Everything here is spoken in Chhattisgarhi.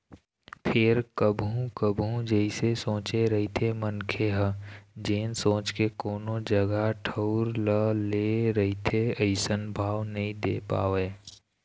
फेर कभू कभू जइसे सोचे रहिथे मनखे ह जेन सोच के कोनो जगा ठउर ल ले रहिथे अइसन भाव नइ दे पावय